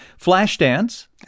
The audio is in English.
Flashdance